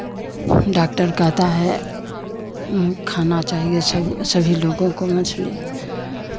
doctor कहता है हमें खाना चाहिये सभी लोगों को मछली